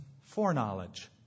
Foreknowledge